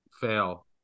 fail